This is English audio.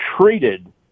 treated